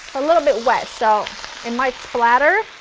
a little bit wet so it might splatter,